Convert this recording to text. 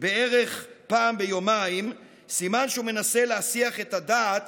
בערך פעם ביומיים, סימן שהוא מנסה להסיח את הדעת